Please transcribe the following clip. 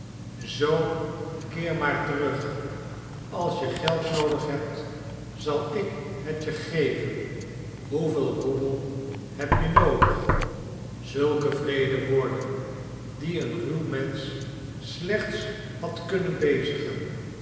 zoo keer maar terug als je geld noodig hebt zal ik het je geven hoeveel roebel heb je noodig zulke wreede woorden die een ruw mensch slechts had kunnen bezigen